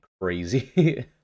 crazy